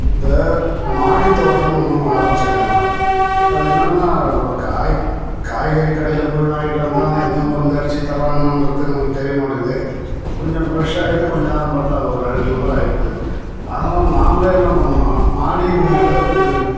இந்த மாடி தோட்டம்னு ஒன்று ஆரம்பித்தேங்க அது என்னான்னால் வா காய் காய்கறி கடையில் போய் வாங்கிட்டு வந்தால் அவன் எந்த மருந்து அடிச்சு தரானான்றது நமக்கு தெரிய மாட்டேங்குது கொஞ்சம் ப்ரெஷ்ஷாக இருக்குது கொஞ்சம் நேரம் பார்த்தா அது ஒரு அழுகல் மாதிரி ஆகிப்போது அதனால் நாமளே என்ன பண்ணிணோம் மாடி மேலே ஒரு